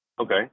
Okay